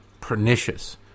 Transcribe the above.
pernicious